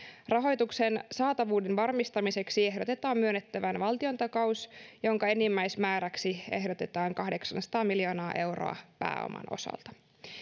rahoituksen saatavuuden varmistamiseksi ehdotetaan myönnettävän valtiontakaus jonka enimmäismääräksi ehdotetaan kahdeksansataa miljoonaa euroa pääoman osalta